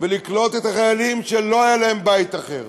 ולקלוט את החיילים שלא היה להם בית אחר,